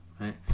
Right